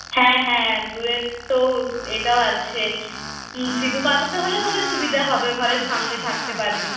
হ্যাঁ হ্যাঁ দূরে তো এটাও আছে হ্যাঁ সিধু কানহুতে হলে তোদের সুবিধা হবে ঘরের সামনে থাকতে পারবি